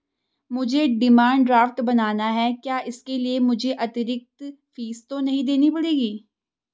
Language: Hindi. मुझे डिमांड ड्राफ्ट बनाना है क्या इसके लिए मुझे अतिरिक्त फीस तो नहीं देनी पड़ेगी?